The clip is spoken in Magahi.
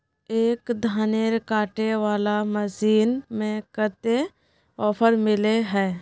एक धानेर कांटे वाला मशीन में कते ऑफर मिले है?